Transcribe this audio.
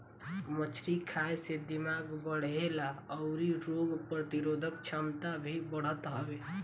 मछरी खाए से दिमाग बढ़ेला अउरी रोग प्रतिरोधक छमता भी बढ़त हवे